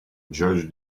judge